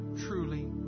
truly